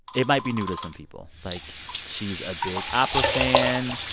it might be new to some people, like she's a big opera fan.